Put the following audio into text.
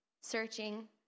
searching